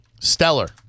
Stellar